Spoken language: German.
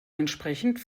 entsprechend